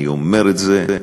אני אומר את זה,